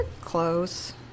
close